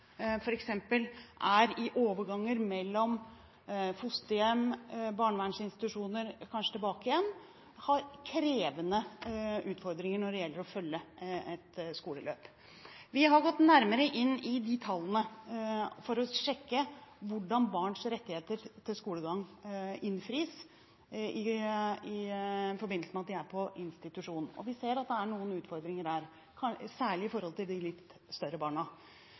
er i overgangen mellom fosterhjem, barnevernsinstitusjoner – og kanskje tilbakesending igjen – krevende utfordringer når det gjelder å følge et skoleløp. Vi har gått nærmere inn i de tallene for å sjekke hvordan barns rettigheter til skolegang innfris i forbindelse med at de er på institusjon. Vi ser at det er noen utfordringer der, særlig i forhold til de litt større barna.